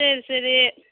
சரி சரி